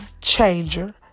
changer